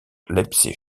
leipzig